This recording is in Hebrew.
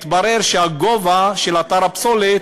התברר שהגובה של אתר הפסולת,